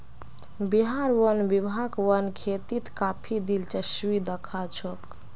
बिहार वन विभाग वन खेतीत काफी दिलचस्पी दखा छोक